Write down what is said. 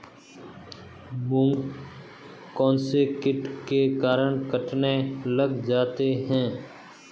मूंग कौनसे कीट के कारण कटने लग जाते हैं?